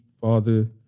father